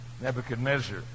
Nebuchadnezzar